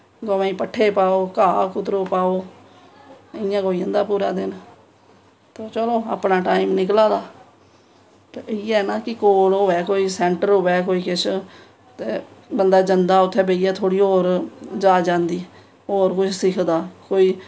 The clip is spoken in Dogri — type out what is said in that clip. गवें पट्ठे पाओ घाऽ कुतरो पाओ इ'यां गै होई जंदा पूरा दिन ते चलो अपना टाइम निकला दा ते इ'यै ना कि कोल होऐ कोई सेंटर होऐ कोई किश ते बंदा जंदा उत्थें बेहियै कुछ सिक्खदा थोह्ड़ी होर जाच आंदी होर बी सिक्खदा कोई